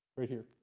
right here.